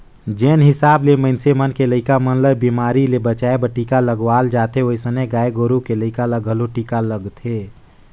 जेन हिसाब ले मनइसे मन के लइका मन ल बेमारी ले बचाय बर टीका लगवाल जाथे ओइसने गाय गोरु के लइका ल घलो टीका लगथे